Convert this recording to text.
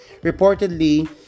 Reportedly